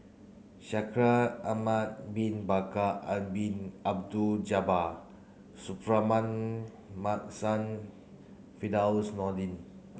Shaikh Ahmad bin Bakar Bin Abdullah Jabbar Suratman Markasan Firdaus Nordin